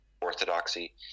orthodoxy